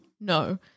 No